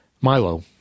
Milo